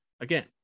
Again